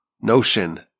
notion